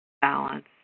balance